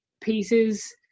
pieces